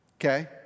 Okay